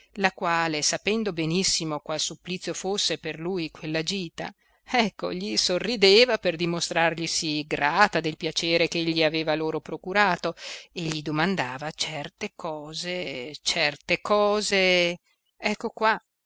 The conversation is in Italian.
la quale sapendo benissimo qual supplizio fosse per lui quella gita ecco gli sorrideva per dimostrarglisi grata del piacere ch'egli aveva loro procurato e gli domandava certe cose certe cose ecco qua